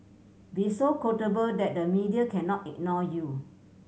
be so quotable that the media cannot ignore you